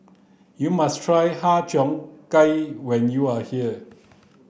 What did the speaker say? you must try har cheong gai when you are here